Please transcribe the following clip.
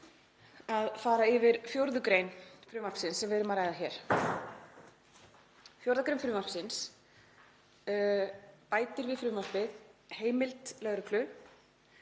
að fara yfir 4. gr. frumvarpsins sem við erum að ræða hér. Sú grein frumvarpsins bætir við frumvarpið heimild lögreglu